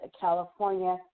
California